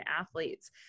athletes